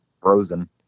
frozen